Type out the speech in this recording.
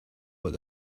what